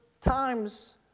times